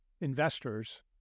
investors